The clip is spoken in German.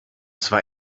zwar